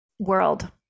world